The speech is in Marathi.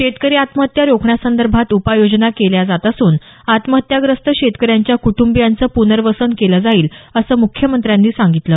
शेतकरी आत्महत्या रोखण्यासंदर्भात उपाययोजना केल्या जात असून आत्महत्याग्रस्त शेतकऱ्यांच्या कूटंबीयांचं पुनर्वसन केलं जाईल असं मुख्यमंत्र्यांनी सांगितलं